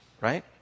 right